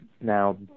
Now